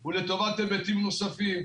הוא לטובת היבטים נוספים.